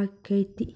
ಆಕ್ಕೆತಿ